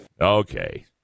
Okay